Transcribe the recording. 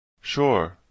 Sure